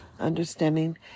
understanding